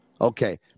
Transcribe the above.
Okay